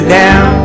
down